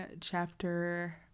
chapter